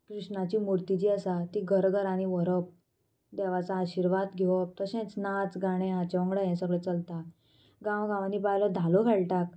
कृष्णाची मुर्ती जी आसा ती घरघरांनी व्हरप देवाचो आशिर्वाद घेवप तशेंच नाच गाणें हाचें वांगडा हें सगळें चलता गांवगांवांनी बायलो धालो खेळटात